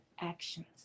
actions